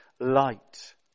light